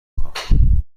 خواهم